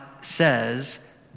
says